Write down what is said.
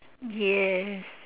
yes